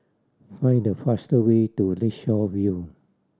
find the faster way to Lakeshore View